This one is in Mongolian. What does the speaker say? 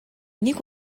нэг